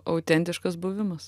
autentiškas buvimas